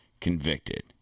convicted